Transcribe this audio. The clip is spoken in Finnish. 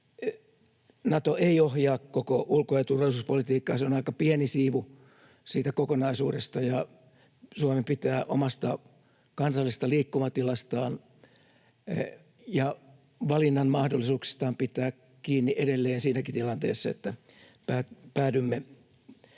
Nato ei ohjaa koko ulko- ja turvallisuuspolitiikkaa, vaan se on aika pieni siivu siitä kokonaisuudesta, ja Suomen pitää omasta kansallisesta liikkumatilastaan ja valinnanmahdollisuuksistaan pitää kiinni edelleen siinäkin tilanteessa, että päädymme